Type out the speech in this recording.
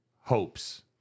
hopes